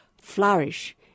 flourish